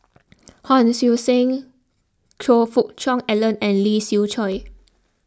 Hon Sui Sen Choe Fook Cheong Alan and Lee Siew Choh